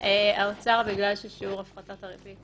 --בגלל שהנקודה של שיעור הפחתת הריבית היא